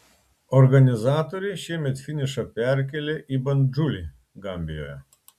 organizatoriai šiemet finišą perkėlė į bandžulį gambijoje